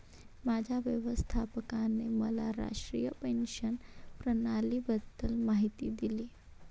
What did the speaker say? माझ्या व्यवस्थापकाने मला राष्ट्रीय पेन्शन प्रणालीबद्दल माहिती दिली